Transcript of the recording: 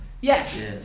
Yes